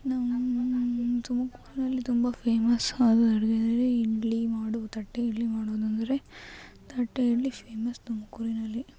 ನಮ್ಮ ತುಮಕೂರಿನಲ್ಲಿ ತುಂಬ ಫೇಮಸ್ ಆದ ಅಡುಗೆ ಅಂದರೆ ಇಡ್ಲಿ ಮಾಡು ತಟ್ಟೆ ಇಡ್ಲಿ ಮಾಡೋದೆಂದ್ರೆ ತಟ್ಟೆ ಇಡ್ಲಿ ಫೇಮಸ್ ತುಮಕೂರಿನಲ್ಲಿ